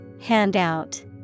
Handout